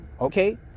okay